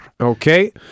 Okay